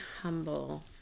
humble